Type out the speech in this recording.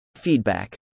feedback